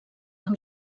amb